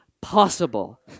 possible